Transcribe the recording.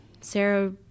Sarah